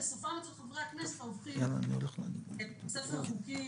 וסופו אצל חברי הכנסת שהופכים את ספר החוקים